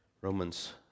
Romans